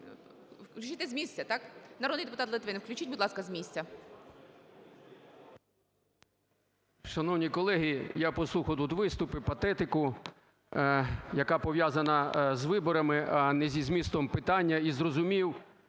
Хочете з місця, так? Народний депутат Литвин. Включіть, будь ласка з місця. 11:41:01 ЛИТВИН В.М. Шановні колеги! Я послухав тут виступи, патетику, яка пов'язана з виборами, а не зі змістом питання, і зрозумів,